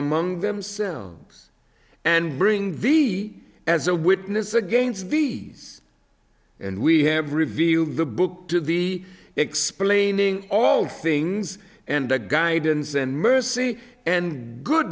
among themselves and bring v as a witness against these and we have revealed the book to be explaining all things and the guidance and mercy and good